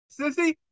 sissy